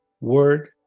word